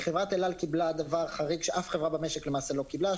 חברת אל-על קיבלה דבר חריג שאף חברה במשק לא קיבלה,